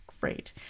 great